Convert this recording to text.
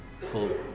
full